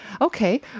okay